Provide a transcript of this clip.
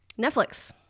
Netflix